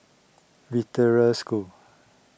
Victoria School